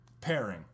pairing